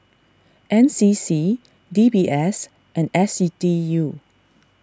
N C C D B S and S D U